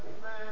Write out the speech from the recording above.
Amen